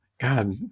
God